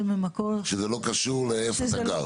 שזה לא קשור לאיפה אתה גר?